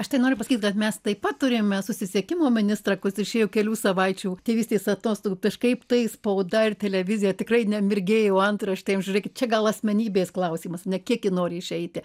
aš tai noriu pasakyt kad mes taip pat turime susisiekimo ministrą kurs išėjo kelių savaičių tėvystės atostogų kažkaip tai spauda ir televizija tikrai nemirgėjo antraštėm žiūrėkit čia gal asmenybės klausimas ne kiek ji nori išeiti